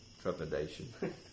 trepidation